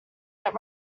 that